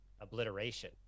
obliteration